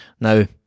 Now